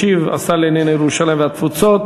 ישיב השר לענייני ירושלים והתפוצות